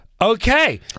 Okay